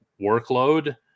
workload